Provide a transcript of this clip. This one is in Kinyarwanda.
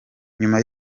nyuma